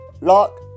Lock